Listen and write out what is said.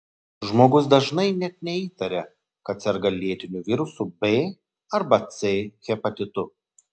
žmogus dažnai net neįtaria kad serga lėtiniu virusiniu b ar c hepatitu